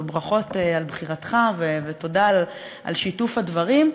וברכות על בחירתך ותודה על שיתוף הדברים,